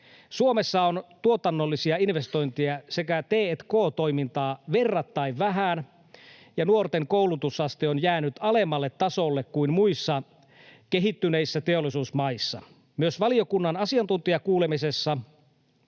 Suomessa on tuotannollisia investointeja sekä t&k-toimintaa verrattain vähän ja nuorten koulutusaste on jäänyt alemmalle tasolle kuin muissa kehittyneissä teollisuusmaissa. Myös valiokunnan asiantuntijakuulemisessa